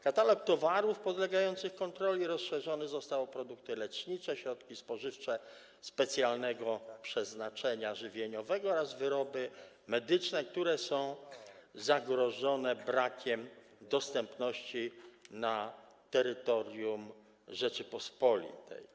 Katalog towarów podlegających kontroli rozszerzony został o produkty lecznicze, środki spożywcze specjalnego przeznaczenia żywieniowego oraz wyroby medyczne, które są zagrożone brakiem dostępności na terytorium Rzeczypospolitej.